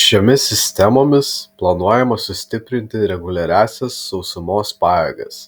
šiomis sistemomis planuojama sustiprinti reguliariąsias sausumos pajėgas